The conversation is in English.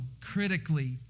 critically